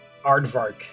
Aardvark